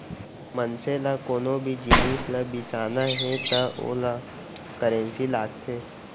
मनसे ल कोनो भी जिनिस ल बिसाना हे त ओला करेंसी लागथे